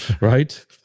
right